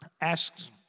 asks